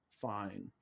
fine